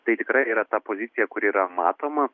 tai tikrai yra ta pozicija kuri yra matoma